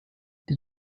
did